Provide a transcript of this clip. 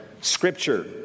Scripture